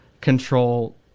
control